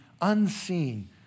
unseen